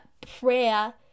prayer